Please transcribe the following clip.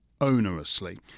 onerously